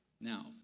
now